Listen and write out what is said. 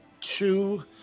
two